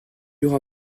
aura